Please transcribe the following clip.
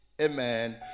Amen